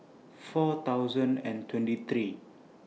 four thousand and twenty three